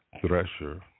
Thresher